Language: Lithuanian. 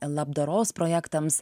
labdaros projektams